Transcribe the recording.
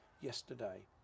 Yesterday